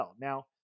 Now